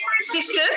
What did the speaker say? sisters